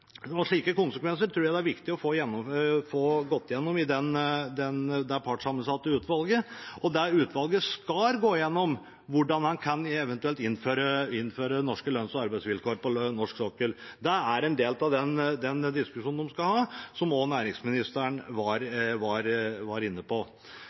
viktig å få gått igjennom i det partssammensatte utvalget, og det utvalget skal gå igjennom hvordan en eventuelt kan innføre norske lønns- og arbeidsvilkår på norsk sokkel. Det er en del av den diskusjonen de skal ha, som også næringsministeren var inne på.